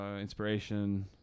inspiration